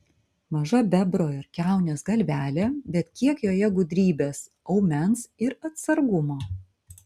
maža bebro ar kiaunės galvelė bet kiek joje gudrybės aumens ir atsargumo